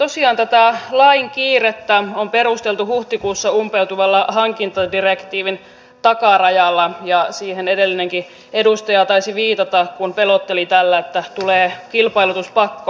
tosiaan tätä lain kiirettä on perusteltu huhtikuussa umpeutuvalla hankintadirektiivin takarajalla ja siihen edellinenkin edustaja taisi viitata kun pelotteli tällä että tulee kilpailutuspakko